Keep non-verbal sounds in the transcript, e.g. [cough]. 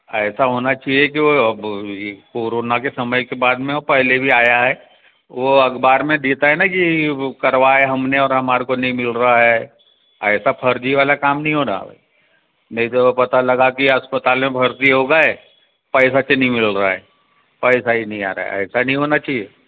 ऐसा होना चाहिए कि वो अब कोरोना के समय के बाद में पहले भी आया है वो अखबार में देता है न कि वो करवाए हमने और हमारे को नहीं मिल रहा है ऐसा फर्जी वाला काम नहीं होना नहीं तो पता लगा कि अस्पताल में भर्ती हो गए पैसा [unintelligible] नहीं मिल रहा है पैसा नहीं आ रहा है ऐसा नहीं होना चाहिए